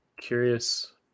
curious